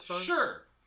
sure